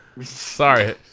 Sorry